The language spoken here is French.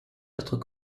autres